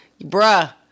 bruh